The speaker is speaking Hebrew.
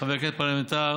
חבר כנסת, אומנם פרלמנטר